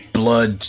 blood